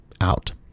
out